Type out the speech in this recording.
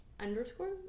Underscore